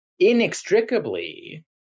inextricably